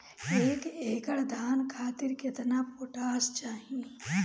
एक एकड़ धान खातिर केतना पोटाश चाही?